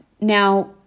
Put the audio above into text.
Now